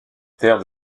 terres